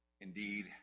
indeed